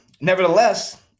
Nevertheless